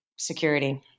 security